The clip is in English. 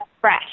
fresh